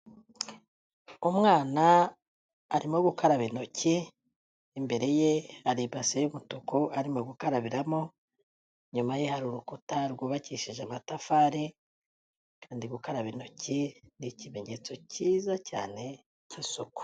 Umwana arimo gukaraba intoki, imbere ye hari ibase y'umutuku arimo gukarabiramo, inyuma ye hari urukuta rwubakishije amatafari kandi gukaraba intoki ni ikimenyetso cyiza cyane cy'isuku.